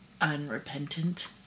unrepentant